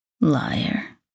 Liar